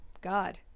God